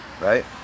right